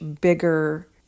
bigger